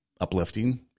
uplifting